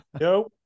No